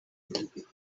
underneath